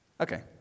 Okay